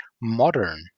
modern